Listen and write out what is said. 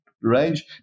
range